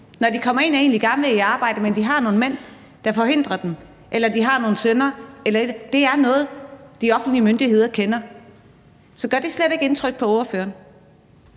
Når de kommer ind og egentlig gerne vil i arbejde, har de nogle mænd, der forhindrer dem i det, eller de har nogle sønner. Det er noget, de offentlige myndigheder kender. Så gør det slet ikke indtryk på ordføreren?